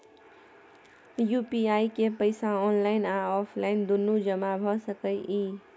UPI के पैसा online आ ऑफलाइन दुनू जमा भ सकै इ?